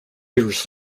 years